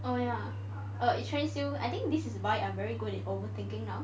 oh ya it trains you I think this is why I'm very good in overthinking now